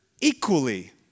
equally